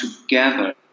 together